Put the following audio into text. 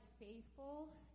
faithful